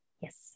Yes